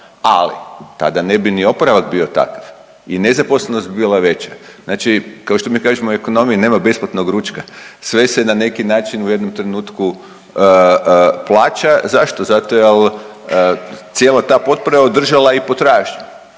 ali tada ne bi ni oporavak bio takav i nezaposlenost bi bila veća. Znači kao što mi kažemo u ekonomiji nema besplatnog ručka sve se na neki način u jednom trenutku plaća. Zašto? Zato jel cijela ta potpora je održala i potražnju,